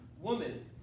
Woman